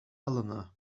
eleanor